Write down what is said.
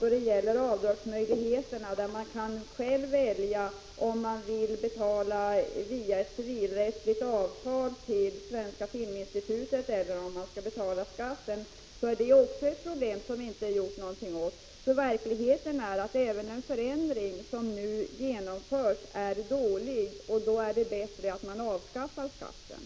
Detsamma gäller avdragsmöjligheterna, där man själv kan välja om man vill betala till Svenska filminstitutet via ett civilrättsligt avtal eller om man skall betala skatten. Det är också ett problem som det inte har gjorts någonting åt. Verkligheten är den att även den förändring som nu genomförs är dålig, och då är det bättre att man avskaffar skatten.